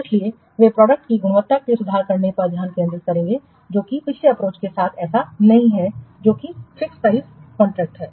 इसलिए वे प्रोडक्ट की गुणवत्ता में सुधार करने पर ध्यान केंद्रित करेंगे जो कि पिछले अप्रोच के साथ ऐसा नहीं है जो कि फिक्स प्राइसकॉन्ट्रैक्ट है